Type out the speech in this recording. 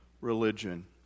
religion